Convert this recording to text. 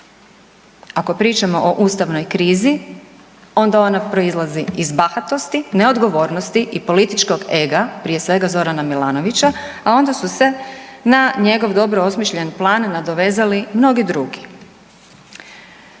Ako pričamo o ustavnoj krizi onda ona proizlazi iz bahatosti, neodgovornosti i političkog ega prije svega Zorana Milanovića, a onda su se na njegov dobro osmišljen plan nadovezali mnogi drugi.